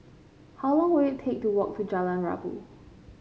how long will it take to walk to Jalan Rabu